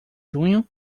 junho